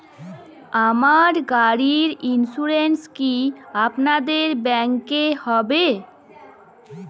আমার গাড়ির ইন্সুরেন্স কি আপনাদের ব্যাংক এ হবে?